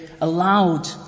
allowed